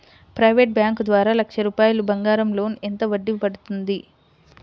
Private bank ద్వారా లక్ష రూపాయలు బంగారం లోన్ ఎంత వడ్డీ పడుతుంది?